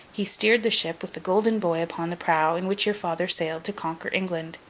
he steered the ship with the golden boy upon the prow, in which your father sailed to conquer england.